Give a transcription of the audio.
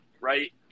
right